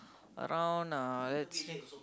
around nah let's